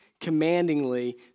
commandingly